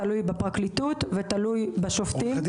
תלוי בפרקליטות ותלוי בשופטים,